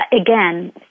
again